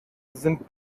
sind